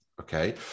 okay